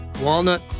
walnut